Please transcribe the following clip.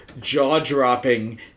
jaw-dropping